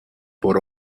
por